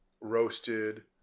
roasted